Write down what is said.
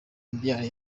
miliyari